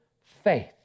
faith